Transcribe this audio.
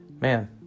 Man